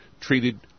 treated